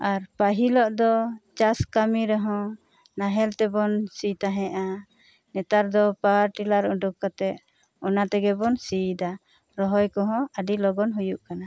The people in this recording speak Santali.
ᱟᱨ ᱯᱟᱹᱦᱤᱞᱟᱜ ᱫᱚ ᱪᱟᱥ ᱠᱟᱹᱢᱤ ᱨᱮᱦᱚᱸ ᱱᱟᱦᱮᱞ ᱛᱮᱵᱚᱱ ᱥᱤ ᱛᱟᱦᱮᱸᱜᱼᱟ ᱱᱮᱛᱟᱨ ᱫᱚ ᱯᱟᱣᱟᱨ ᱴᱮᱞᱟᱨ ᱳᱰᱳᱠ ᱠᱟᱛᱮᱜ ᱚᱱᱟ ᱛᱮᱜᱮ ᱵᱚᱱ ᱥᱤ ᱮᱫᱟ ᱨᱚᱦᱚᱭ ᱠᱚᱦᱚᱸ ᱟᱹᱰᱤ ᱞᱚᱜᱚᱱ ᱦᱩᱭᱩᱜ ᱟ